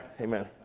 Amen